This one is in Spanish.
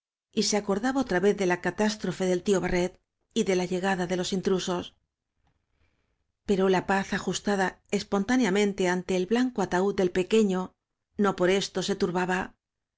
y se acordaba otra vez de la catástrofe del tío ba rret y de la llegada de los intrusos pero la paz ajustada expontáneamente ante el blanco ataúd del pequeño no por esto se turbaba